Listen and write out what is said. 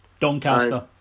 Doncaster